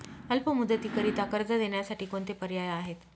अल्प मुदतीकरीता कर्ज देण्यासाठी कोणते पर्याय आहेत?